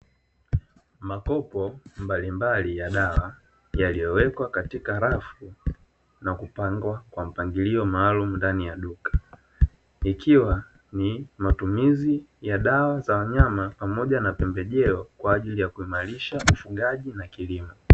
Mapopo mbalimbali ya dawa yaliyowekwa katika rafu na kupangwa kwa mpangilio maalumu ndani ya duka. Ikiwa ni matumizi ya dawa za wanyama pamoja na pembejeo kwa ajili ya kuimarisha ufugaji na kilimo.